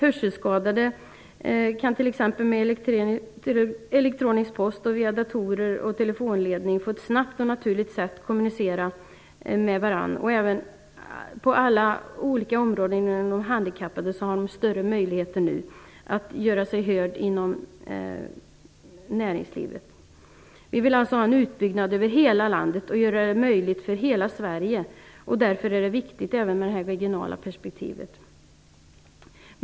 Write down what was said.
Hörselskadade kan t.ex. med elektronisk post och via datorer och telefonledning på ett snabbt och naturligt sätt kommunicera med varandra. Även på alla andra handikappområden finns det nu större möjligheter att göra sig hörda inom näringslivet. Vi vill alltså ha en utbyggnad över hela landet och göra det möjligt för hela Sverige att utnyttja detta. Därför är det viktigt även med det regionala perspektivet.